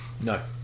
No